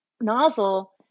nozzle